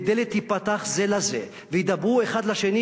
ודלתות תיפתחנה זה לזה וידברו אחד לשני